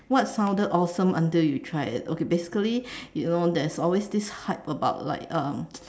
what sounded awesome until you tried it okay basically you know there's always this hype about like um